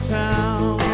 town